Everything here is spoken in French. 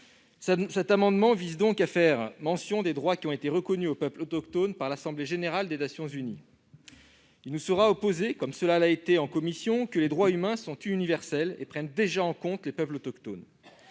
Cet amendement vise ainsi à faire mention des droits qui ont été reconnus aux peuples autochtones par l'Assemblée générale des Nations unies. Il nous sera opposé, comme ce fut le cas en commission, que les droits humains sont universels et prennent déjà en compte les peuples autochtones.